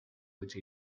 which